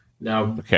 Now